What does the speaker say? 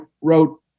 wrote